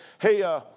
hey